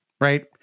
right